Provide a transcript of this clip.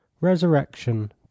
Resurrection